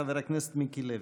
חבר הכנסת מיקי לוי.